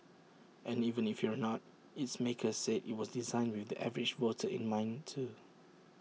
and even if you're not its makers say IT was designed with the average voter in mind too